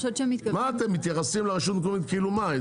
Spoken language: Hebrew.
אתם מתייחסים לרשות המקומית כאילו מה?